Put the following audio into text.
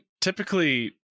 typically